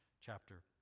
chapter